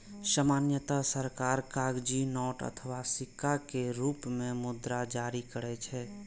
सामान्यतः सरकार कागजी नोट अथवा सिक्का के रूप मे मुद्रा जारी करै छै